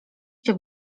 się